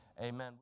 amen